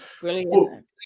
brilliant